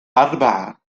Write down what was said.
أربعة